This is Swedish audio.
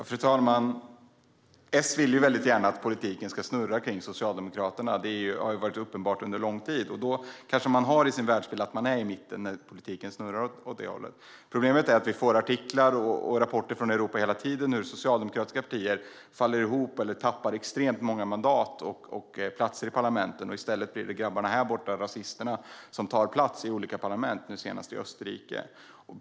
Fru talman! S vill ju gärna att politiken ska snurra kring Socialdemokraterna. Det har varit uppenbart under lång tid. Då kanske man har världsbilden att man är i mitten när politiken snurrar åt det hållet. Problemet är att det hela tiden kommer artiklar och rapporter från Europa om hur socialdemokratiska partier faller ihop eller tappar extremt många mandat och platser i parlamentet. I stället blir det grabbarna där borta, rasisterna, som tar plats i olika parlament, nu senast i Österrike.